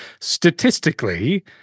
Statistically